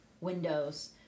windows